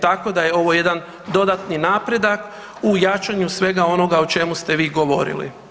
Tako da je ovo jedan dodatni napredak u jačanju svega onoga o čemu ste vi govorili.